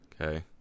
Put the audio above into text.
Okay